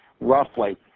roughly